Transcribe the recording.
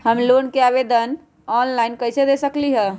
हम लोन के ऑनलाइन आवेदन कईसे दे सकलई ह?